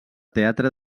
teatre